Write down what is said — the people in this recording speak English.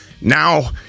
Now